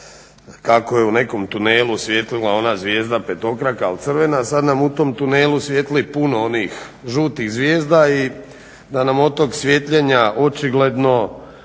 kako je u nekom tunelu svijetlila ona zvijezda petokraka al crvena, sad nam u tom tunelu svijetli puno onih žutih zvijezda i da nam od tog svijetljenja očigledno